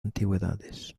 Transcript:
antigüedades